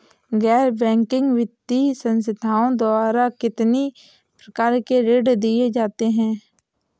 गैर बैंकिंग वित्तीय संस्थाओं द्वारा कितनी प्रकार के ऋण दिए जाते हैं?